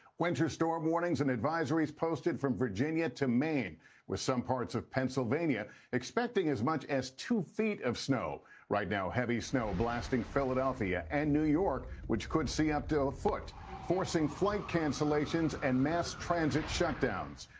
winter storm warnings and advisories posted from virginia to maine with some parts of pennsylvania expecting as much as two feet of snow right now heavy snow blasting philadelphia and new york which could see up to a foot forcing flight cancelations and mass transit shutdowns.